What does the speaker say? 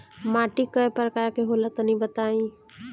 माटी कै प्रकार के होला तनि बताई?